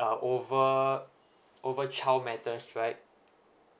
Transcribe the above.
uh over over child matters right